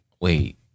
Wait